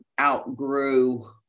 outgrew